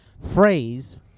Phrase